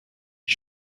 die